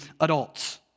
adults